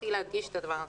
רציתי להדגיש את הדבר הזה.